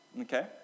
okay